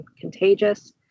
contagious